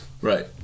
Right